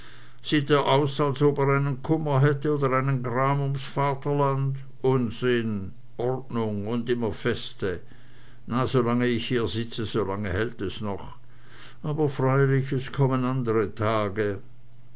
sieht er aus als ob er einen kummer hätte oder einen gram ums vaterland unsinn ordnung und immer feste na solange ich hier sitze so lange hält es noch aber freilich es kommen andre tage